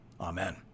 Amen